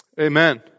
Amen